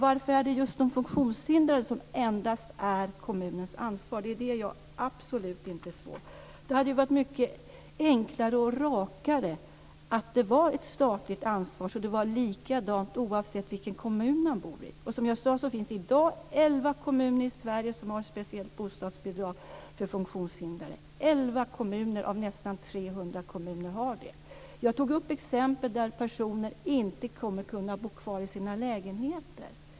Varför är det endast just de funktionshindrade som är kommunens ansvar? Det är det jag absolut inte förstår. Det hade varit mycket enklare och rakare om det var ett statligt ansvar, så att det var likadant oavsett vilken kommun man bor i. Som jag sade finns det i dag elva kommuner i Sverige som har ett speciellt bostadsbidrag för funktionshindrade. Det är alltså elva kommuner av nästan Jag tog upp exempel på personer som inte kommer att kunna bo kvar i sina lägenheter.